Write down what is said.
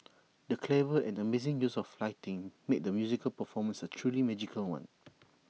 the clever and amazing use of lighting made the musical performance A truly magical one